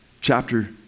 chapter